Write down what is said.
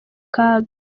kaga